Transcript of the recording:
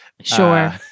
Sure